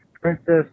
Princess